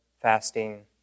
fasting